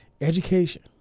Education